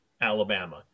Alabama